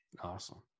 Awesome